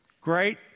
Great